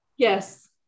Yes